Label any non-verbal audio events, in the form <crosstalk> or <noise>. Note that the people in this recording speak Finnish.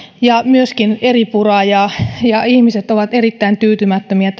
ja myöskin eripuraa ja ja ihmiset ovat erittäin tyytymättömiä <unintelligible>